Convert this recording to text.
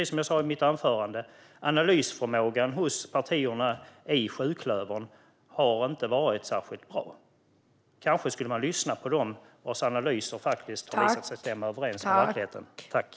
Som jag sa i mitt anförande: Analysförmågan hos partierna i sjuklövern har inte varit särskilt bra. Man kanske skulle ha lyssnat på dem vars analyser faktiskt har visat sig stämma överens med verkligheten.